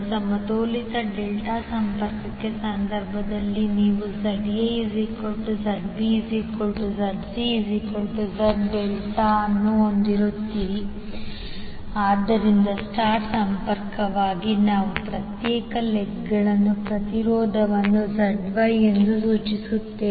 ಸಮತೋಲಿತ ಡೆಲ್ಟಾ ಸಂಪರ್ಕದ ಸಂದರ್ಭದಲ್ಲಿ ನೀವು Z aZbZcZ∆ ಅನ್ನು ಹೊಂದಿರುತ್ತೀರಿ ಆದ್ದರಿಂದ ಸ್ಟರ್ ಸಂಪರ್ಕಕ್ಕಾಗಿ ನಾವು ಪ್ರತ್ಯೇಕ ಲೆಗ್ಗಳ ಪ್ರತಿರೋಧವನ್ನು ZY ಎಂದು ಸೂಚಿಸುತ್ತೇವೆ